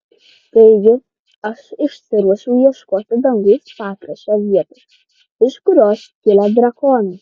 taigi aš išsiruošiau ieškoti dangaus pakraščio vietos iš kurios kilę drakonai